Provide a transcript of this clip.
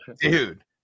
Dude